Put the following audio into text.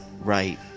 right